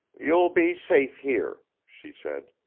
you'll be safe here, she said.